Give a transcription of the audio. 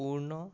পূৰ্ণ